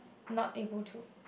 not able to